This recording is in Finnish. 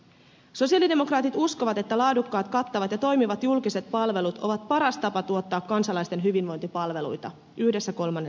sosialidemokraatit uskovat että laadukkaat kattavat ja toimivat julkiset palvelut ovat paras tapa tuottaa kansalaisten hyvinvointipalveluita yhdessä kolmannen sektorin kanssa